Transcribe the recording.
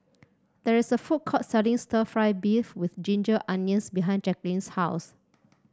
there is a food court selling stir fry beef with Ginger Onions behind Jacklyn's house